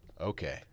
Okay